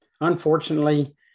unfortunately